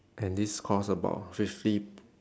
and this costs about fifty